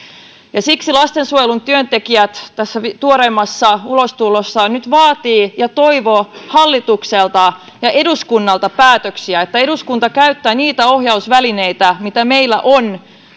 siksi lastensuojelun työntekijät tässä tuoreimmassa ulostulossaan nyt vaativat ja toivovat hallitukselta ja eduskunnalta päätöksiä että eduskunta käyttää niitä ohjausvälineitä mitä meillä on